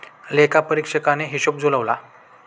लेखापरीक्षकाने हिशेब जुळवला